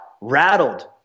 rattled